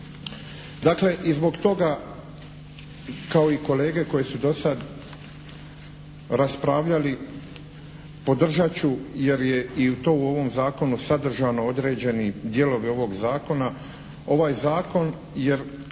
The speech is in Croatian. Dakle i zbog toga kao i kolege koji su do sada raspravljali podržat ću jer je i to u ovom zakonu sadržano, određeni dijelovi ovog zakona, ovaj zakon jer